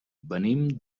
venim